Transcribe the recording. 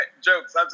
jokes